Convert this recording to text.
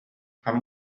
хам